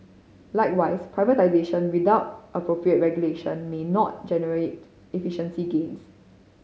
likewise privatisation without appropriate regulation may not generate efficiency gains